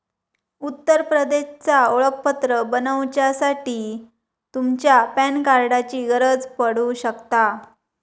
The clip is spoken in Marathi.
उत्तर प्रदेशचा ओळखपत्र बनवच्यासाठी तुमच्या पॅन कार्डाची गरज पडू शकता